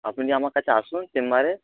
আপনি আমার কাছে আসুন চেম্বারে